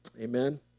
Amen